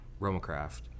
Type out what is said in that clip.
Romacraft